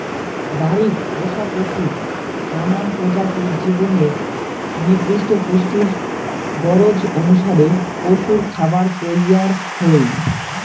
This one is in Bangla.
বাড়িত পোষা পশুর নানান প্রজাতির জীবনের নির্দিষ্ট পুষ্টির গরোজ অনুসারে পশুরখাবার তৈয়ার হই